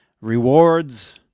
rewards